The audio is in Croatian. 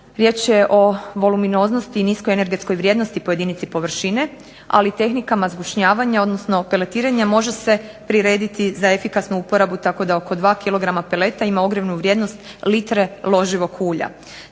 riječ je o voluminoznosti i niskoj energetskoj vrijednosti po jedinici površine, ali tehnikama zgušnjavanja, odnosno peletiranja može se prirediti za efikasnu uporabu, tako da oko 2 kilograma peleta ima ogromnu vrijednost litre loživog ulja.